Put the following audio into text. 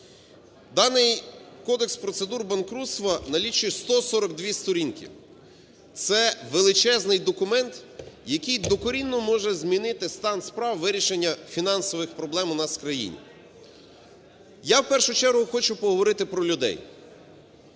Даний кодекс процедур банкрутства налічує 142 сторінки. Це величезний документ, який докорінно може змінити стан справ вирішення фінансових проблем у нас в країні. Я в першу чергу хочу поговорити про людей.